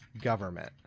government